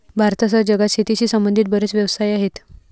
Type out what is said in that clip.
भारतासह जगात शेतीशी संबंधित बरेच व्यवसाय आहेत